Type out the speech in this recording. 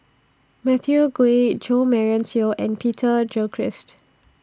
Matthew Ngui Jo Marion Seow and Peter Gilchrist